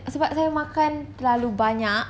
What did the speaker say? sebab saya makan terlalu banyak